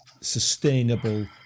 sustainable